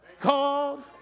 called